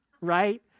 right